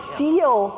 feel